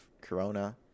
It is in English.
Corona